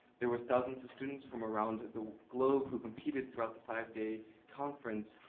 there was thousands of students from around the globe who competed through the five day conference,